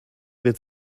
wird